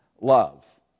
love